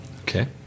Okay